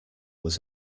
was